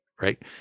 right